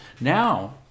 Now